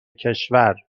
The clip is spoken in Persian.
کشور